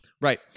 right